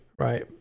right